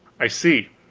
i see,